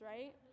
right